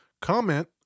Comment